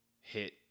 hit